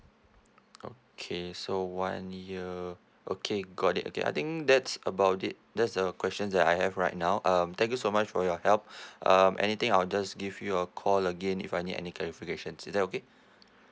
okay so one year okay got it okay I think that's about it that's the question that I have right now um thank you so much for your help um anything I'll just give you a call again if I need any qualifications is that okay